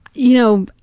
you know,